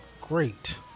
great